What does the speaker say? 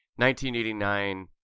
1989